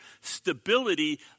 stability